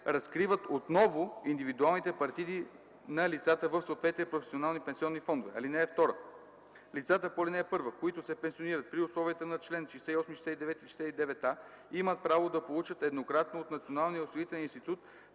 разкриват отново индивидуалните партиди на лицата в съответните професионални пенсионни фондове. (2) Лицата по ал. 1, които се пенсионират при условията на чл. 68, 69 и 69а, имат право да получат еднократно от Националния осигурителен институт